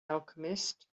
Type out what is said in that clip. alchemist